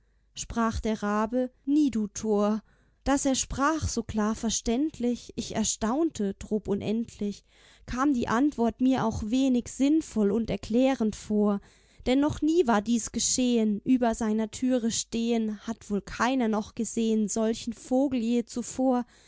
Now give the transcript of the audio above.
sprach der rabe nie du tor daß er sprach so klar verständlich ich erstaunte drob unendlich kam die antwort mir auch wenig sinnvoll und erklärend vor denn noch nie war dies geschehen über seiner türe stehen hat wohl keiner noch gesehen solchen vogel je zuvor